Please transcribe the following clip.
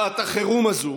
שעת החירום הזאת